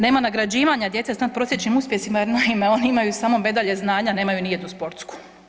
Nema nagrađivanja djece s natprosječnim uspjesima, jer naime oni imaju samo medalje znanja, nemaju ni jednu sportsku.